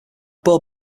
board